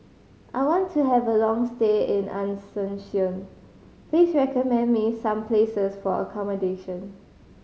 I want to have a long stay in Asuncion please recommend me some places for accommodation